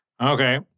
Okay